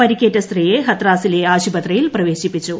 പരിക്കേറ്റ സ്ത്രീയെ ഹത്രാസിലെ ആശുപത്രിയിൽ പ്രവേശിപ്പിച്ചു